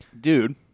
Dude